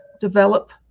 develop